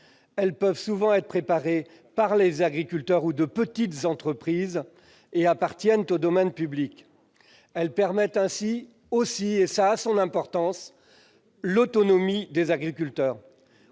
Ils peuvent souvent être préparés par des agriculteurs ou par de petites entreprises et appartiennent au domaine public. Ils permettent aussi, ce qui est important, l'autonomie des agriculteurs.